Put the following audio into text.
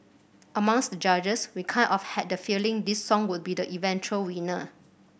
amongst the judges we kind of had the feeling this song would be the eventual winner